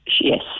yes